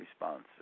response